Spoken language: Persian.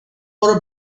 برو